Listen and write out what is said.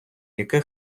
яке